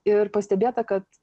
ir pastebėta kad